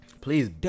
Please